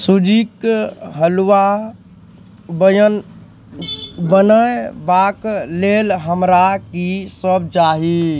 सुजीके हलुआ बयन बनयबाक लेल हमरा की सब चाही